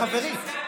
נתתי עצה חברית.